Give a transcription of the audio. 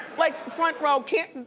like front row can't,